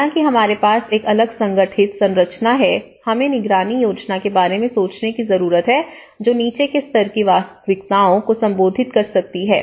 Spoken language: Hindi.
हालांकि हमारे पास एक अलग संगठित संरचना है हमें निगरानी योजना के बारे में सोचने की जरूरत है जो नीचे के स्तर की वास्तविकताओं को संबोधित कर सकती है